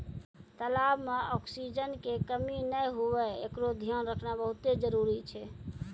तलाब में ऑक्सीजन के कमी नै हुवे एकरोॅ धियान रखना बहुत्ते जरूरी छै